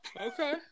okay